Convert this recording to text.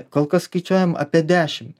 kol kas skaičiuojam apie dešim